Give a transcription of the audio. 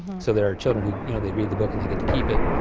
so there are children, you know they read the book and they get to keep it,